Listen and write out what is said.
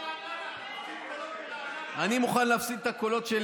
אתה מפסיד קולות ברעננה.